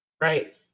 Right